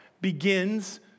begins